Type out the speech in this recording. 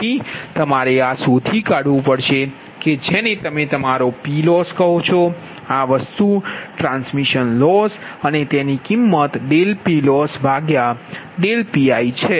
તેથી તમારે આ શોધી કાઢવું પડશે કે જેને તમે તમારો P લોસ કહો છો આ વસ્તુ ટ્રાન્સમિશન લોસ અને તેની કિંમત dPLossdPi છે